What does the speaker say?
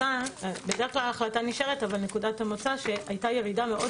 בדרך כלל ההחלטה נשארת אבל נקודת המוצא היא שהייתה ירידה מאוד